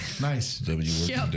Nice